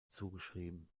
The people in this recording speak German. zugeschrieben